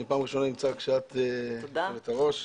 אני פעם ראשונה נמצא כאן כשאת יושבת הראש.